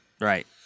Right